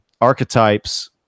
archetypes